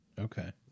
Okay